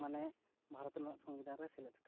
ᱟᱵᱳᱣᱟᱜ ᱢᱟᱱᱮ ᱵᱷᱟᱨᱚᱛ ᱨᱮᱱᱟᱜ ᱥᱚᱝᱵᱤᱫᱷᱟᱱ ᱨᱮ ᱥᱮᱞᱮᱫ ᱟᱠᱟᱱᱟ